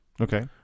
Okay